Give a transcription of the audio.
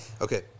Okay